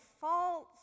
false